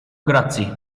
grazzi